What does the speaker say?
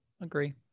Agree